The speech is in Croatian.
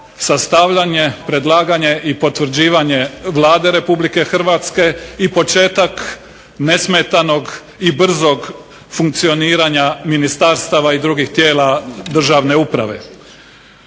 sastavljanje, predlaganje i potvrđivanje Vlade Republike Hrvatske i početak nesmetanog i brzog funkcioniranja ministarstava i drugih tijela državne uprave.